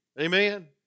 Amen